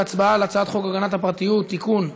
להצבעה על הצעת חוק הגנת הפרטיות (תיקון,